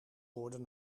woorden